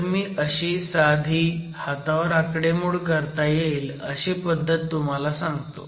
तर मी अशी साधी हातावर आकडेमोड करता येईल अशी पद्धत तुम्हाला सांगतो